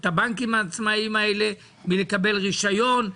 את הבנקים העצמאים האלה מלקבל רישיון,